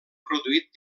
produït